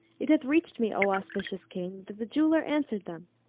it hath reached me, o auspicious king, that the jeweller answered them,